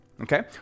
Okay